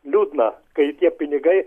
liūdna kai tie pinigai